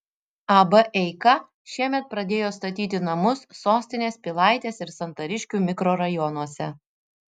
ab eika šiemet pradėjo statyti namus sostinės pilaitės ir santariškių mikrorajonuose